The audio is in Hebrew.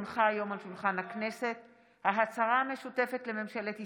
כי הונחה היום על שולחן הכנסת ההצהרה המשותפת לממשלת ישראל,